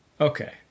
Okay